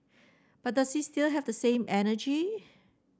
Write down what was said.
but does he still have the same energy